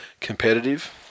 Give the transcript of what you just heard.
competitive